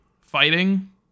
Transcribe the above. fighting